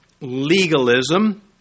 legalism